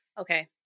Okay